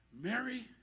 Mary